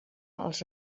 els